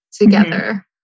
together